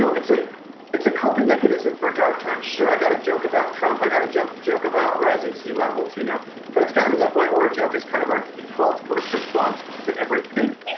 so it's a it's a coping mechanism for dark times. sure i got a joke about trump, i got a joke joke about rising sea levels. you know but it's gotten to that point where a joke is kind of our default first response to everything.